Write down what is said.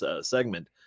segment